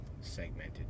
segmented